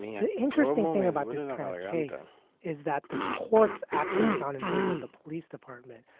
the interesting thing about this kind of case is that the courts actually found in favor of the police department.